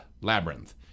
Labyrinth